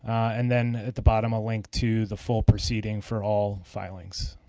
and then at the bottom a link to the full proceeding for all filings.